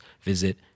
visit